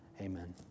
Amen